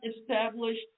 established